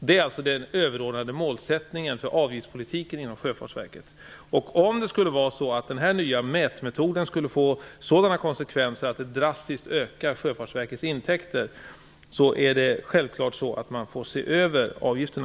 Det är den överordnade målsättningen för Sjöfartsverkets avgiftspolitik. Om den nya mätmetoden skulle få sådana konse kvenser att Sjöfartsverkets intäkter drastiskt ökar, får man självfallet se över avgifterna.